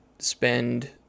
spend